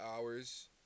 Hours